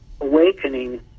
awakening